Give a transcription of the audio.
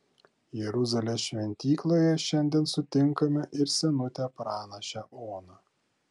jeruzalės šventykloje šiandien sutinkame ir senutę pranašę oną